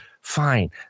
fine